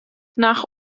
nach